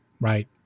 Right